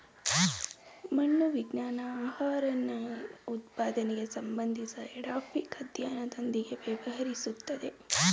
ಮಣ್ಣು ವಿಜ್ಞಾನ ಆಹಾರನಾರಿನಉತ್ಪಾದನೆಗೆ ಸಂಬಂಧಿಸಿದಎಡಾಫಿಕ್ಅಧ್ಯಯನದೊಂದಿಗೆ ವ್ಯವಹರಿಸ್ತದೆ